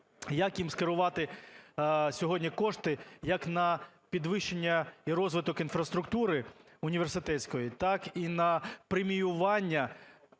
як їм скерувати сьогодні кошти як на підвищення і розвиток інфраструктури університетської, так і на преміювання